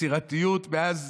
ביצירתיות מאז